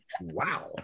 Wow